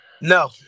No